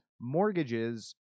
Mortgages